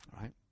right